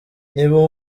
niba